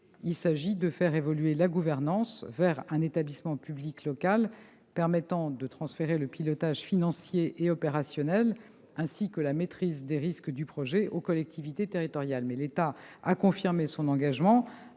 Il s'agit de faire évoluer la gouvernance vers un établissement public local permettant de transférer le pilotage financier et opérationnel ainsi que la maîtrise des risques du projet aux collectivités territoriales. Cependant, l'État a confirmé son engagement